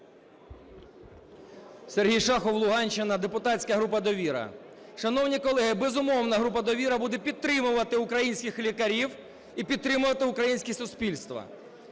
Сергій Шахов, Луганщина, депутатська група "Довіра". Шановні колеги, безумовно, група "Довіра" буде підтримувати українських лікарів і підтримувати українське суспільство.